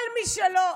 שלח לעזאזל.